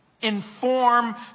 inform